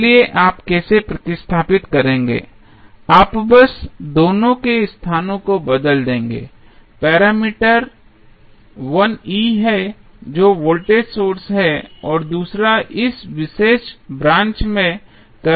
इसलिए आप कैसे प्रतिस्थापित करेंगे आप बस दोनों के स्थानों को बदल देंगे पैरामीटर 1 E है जो वोल्टेज सोर्स है और दूसरा इस विशेष ब्रांच में करंट प्रवाह है